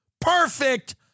perfect